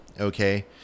Okay